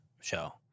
show